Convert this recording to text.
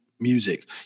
music